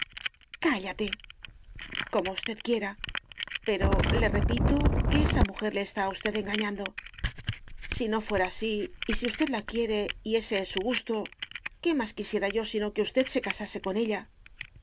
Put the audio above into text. cállate como usted quiera pero le repito que esa mujer le está a usted engañando si no fuera así y si usted la quiere y es ese su gusto qué más quisiera yo sino que usted se casase con ella